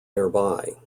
nearby